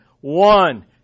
one